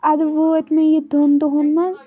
اَدٕ وٲتۍ مےٚ یہِ دۄن دۄہَن منٛز